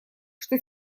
что